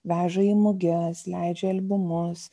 veža į muges leidžia albumus